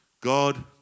God